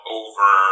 over